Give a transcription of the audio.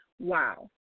Wow